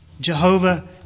Jehovah